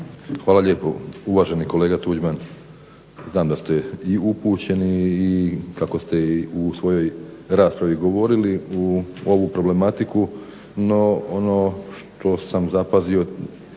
Hvala lijepo. Uvaženi kolega Tuđman znam da ste i upućeni i kako ste u svojoj raspravi govorili u ovu problematiku, no ono što sam zapazio